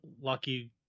lucky